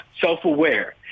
self-aware